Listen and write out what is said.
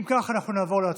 אם כך, אנחנו נעבור להצבעה.